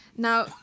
Now